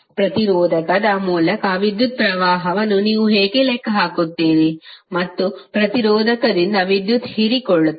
ಪ್ರತಿರೋಧಕದ ಮೂಲಕ ವಿದ್ಯುತ್ ಪ್ರವಾಹವನ್ನು ನೀವು ಹೇಗೆ ಲೆಕ್ಕ ಹಾಕುತ್ತೀರಿ ಮತ್ತು ಪ್ರತಿರೋಧಕದಿಂದ ವಿದ್ಯುತ್ ಹೀರಿಕೊಳ್ಳುತ್ತದೆ